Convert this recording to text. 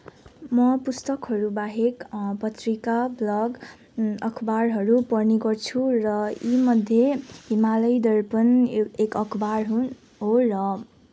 म पुस्तकहरूबाहेक पत्रिका भ्लग अखबारहरू पढ्ने गर्छु र यीमध्ये हिमालय दर्पण एक अखबार हुन हो र